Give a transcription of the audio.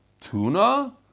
tuna